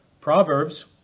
Proverbs